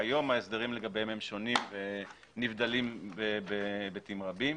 שהיום ההסדרים לגביהם הם שונים ונבדלים בהיבטים רבים.